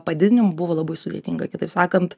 padidinimo buvo labai sudėtinga kitaip sakant